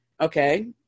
Okay